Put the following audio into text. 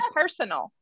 personal